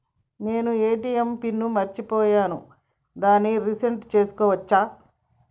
నేను ATM pin ని మరచిపోయాను దాన్ని రీ సెట్ చేసుకోవచ్చా?